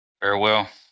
Farewell